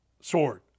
sword